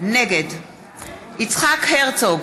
נגד יצחק הרצוג,